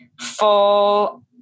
full